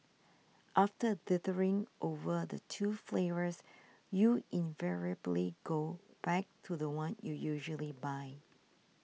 after dithering over the two flavours you invariably go back to the one you usually buy